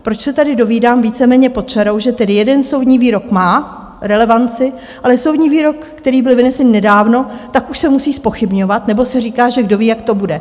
Proč se tady dovídám víceméně pod čarou, že ten jeden soudní výrok má relevanci, ale soudní výrok, který byl vynesen nedávno, tak už se musí zpochybňovat, nebo se říká, že kdoví, jak to bude?